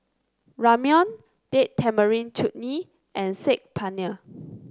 Ramyeon Date Tamarind Chutney and Saag Paneer